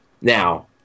Now